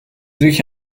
sich